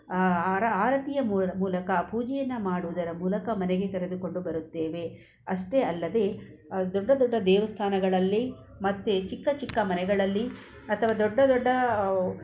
ಆರ ಆರತಿಯ ಮೂಲ ಮೂಲಕ ಪೂಜೆಯನ್ನು ಮಾಡುವುದರ ಮೂಲಕ ಮನೆಗೆ ಕರೆದುಕೊಂಡು ಬರುತ್ತೇವೆ ಅಷ್ಟೇ ಅಲ್ಲದೇ ದೊಡ್ಡ ದೊಡ್ಡ ದೇವಸ್ಥಾನಗಳಲ್ಲಿ ಮತ್ತು ಚಿಕ್ಕ ಚಿಕ್ಕ ಮನೆಗಳಲ್ಲಿ ಅಥವಾ ದೊಡ್ಡ ದೊಡ್ಡ